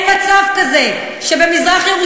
אין מצב כזה שבמזרח-ירושלים,